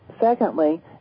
secondly